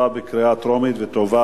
לדיון